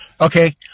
Okay